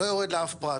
אני לא יורד לאף פרט,